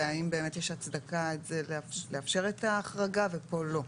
והאם יש הצדקה לאפשר את ההחרגה ופה לא.